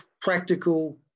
practical